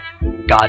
God